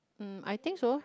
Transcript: mm I think so